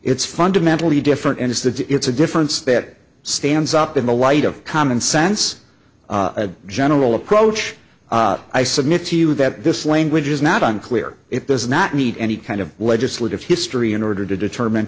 it's fundamentally different and it's that it's a difference that stands up in the light of common sense a general approach i submit to you that this language is not on clear it does not need any kind of legislative history in order to determine